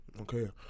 Okay